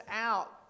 out